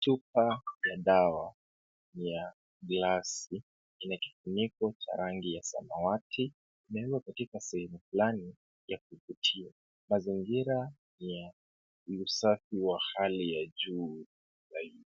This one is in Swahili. Chupa ya dawa ya glasi ina kifuniko cha rangi ya samawati, umewekwa katika sehemu fulani ya kuvutia. Mazingira ya usafi wa hali ya juu zaidi.